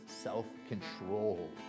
self-control